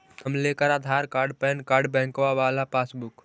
हम लेकर Aadhaar card PAN card बैंकवा वाला पासबुक?